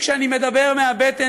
כשאני מדבר מהבטן,